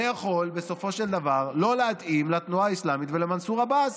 זה יכול בסופו של דבר לא להתאים לתנועה האסלאמית ולמנסור עבאס.